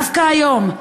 דווקא היום,